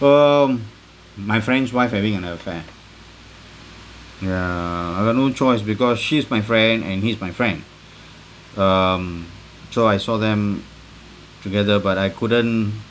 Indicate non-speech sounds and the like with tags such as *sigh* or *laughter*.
um my friend's wife having an affair ya I got no choice because she's my friend and he's my friend *breath* um so I saw them together but I couldn't